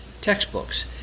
textbooks